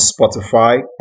Spotify